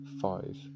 five